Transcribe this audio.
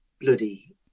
bloody